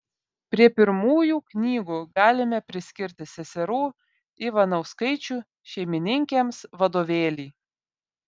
prie pirmųjų knygų galime priskirti seserų ivanauskaičių šeimininkėms vadovėlį